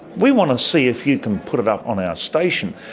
we want to see if you can put it up on our station.